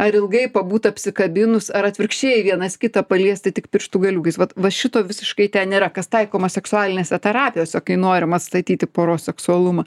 ar ilgai pabūt apsikabinus ar atvirkščiai vienas kitą paliesti tik pirštų galiukais vat va šito visiškai ten nėra kas taikoma seksualinėse terapijose kai norim atstatyti poros seksualumą